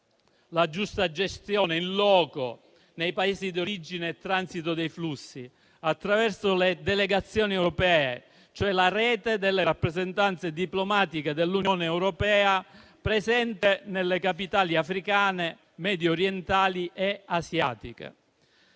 la giusta gestione *in loco*, nei Paesi di origine e transito dei flussi, attraverso le delegazioni europee, cioè la rete delle rappresentanze diplomatiche dell'Unione europea presenti nelle capitali africane, mediorientali e asiatiche.